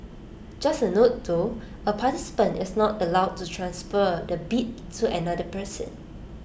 just A note though A participant is not allowed to transfer the bib to another person